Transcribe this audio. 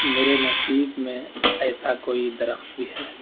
میرے نصیب میں ایسا کوئی درخت بھی ہے